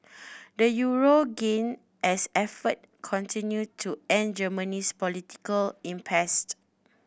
the euro gained as efforts continued to end Germany's political impassed